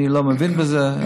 אני לא מבין בזה,